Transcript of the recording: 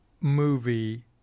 movie